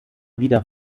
wieder